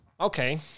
Okay